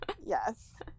Yes